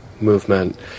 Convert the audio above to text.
movement